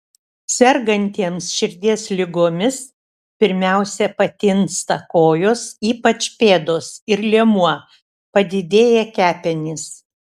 sergantiems širdies ligomis pirmiausia patinsta kojos ypač pėdos ir liemuo padidėja kepenys